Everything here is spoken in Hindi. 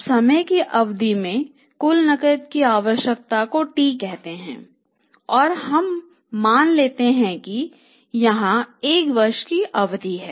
तब समय की अवधि में कुल नकद की आवश्यकता को T कहते है और हम मान लेते हैं कि यहां 1 वर्ष की अवधि है